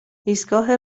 ایستگاه